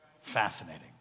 Fascinating